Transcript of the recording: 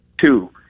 two